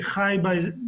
אני חי שם,